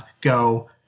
go